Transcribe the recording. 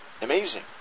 Amazing